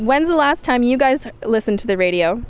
when's the last time you guys listened to the radio